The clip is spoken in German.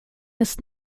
ist